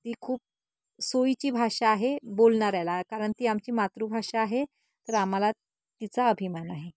ती खूप सोयीची भाषा आहे बोलणाऱ्याला कारण ती आमची मातृभाषा आहे तर आम्हाला तिचा अभिमान आहे